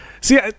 See